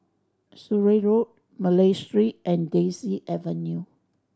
Surrey Road Malay Street and Daisy Avenue